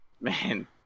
Man